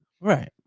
right